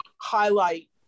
highlight